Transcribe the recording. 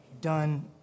done